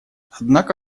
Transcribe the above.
однако